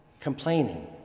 complaining